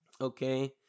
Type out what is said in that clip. Okay